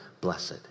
blessed